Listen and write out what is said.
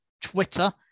Twitter